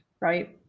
right